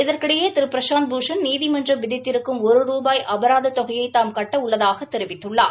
இதற்கிடையே திரு பிரசாந்த் பூஷன் நீதிமன்றம் விதித்திருக்கும் ஒரு ரூபாய் அபராத தொகையை தாம் கட்ட உள்ளதாகத் தெரிவித்துள்ளார்